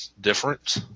different